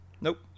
Nope